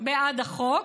בעד החוק,